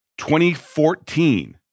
2014